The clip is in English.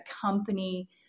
company